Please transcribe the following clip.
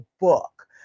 book